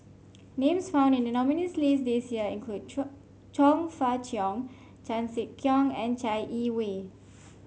names found in the nominees' list this year include Chong Chong Fah Cheong Chan Sek Keong and Chai Yee Wei